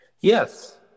Yes